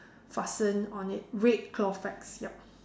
fasten on it red cloth pegs yup